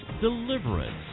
deliverance